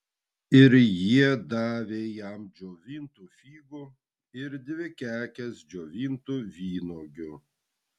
ir jie davė jam džiovintų figų ir dvi kekes džiovintų vynuogių